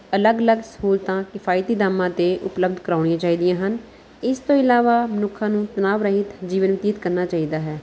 ਅਲੱਗ ਅਲੱਗ ਸਹੂਲਤਾਂ ਕਿਫਾਈਤੀ ਦਾਮਾਂ 'ਤੇ ਉਪਲਬਧ ਕਰਵਾਉਣੀਆਂ ਚਾਹੀਦੀਆਂ ਹਨ ਇਸ ਤੋਂ ਇਲਾਵਾ ਮਨੁੱਖਾਂ ਨੂੰ ਤਣਾਵ ਰਹਿਤ ਜੀਵਨ ਬਤੀਤ ਕਰਨਾ ਚਾਹੀਦਾ ਹੈ